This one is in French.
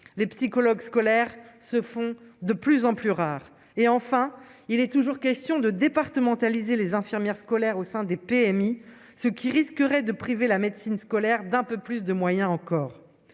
les psychologues scolaires se font de plus en plus rares et, enfin, il est toujours question de départementalisés les infirmières scolaires au sein des PMI, ce qui risquerait de priver la médecine scolaire, d'un peu plus de moyens encore